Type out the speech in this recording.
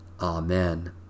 Amen